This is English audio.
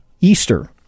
Easter